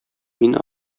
мин